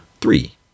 three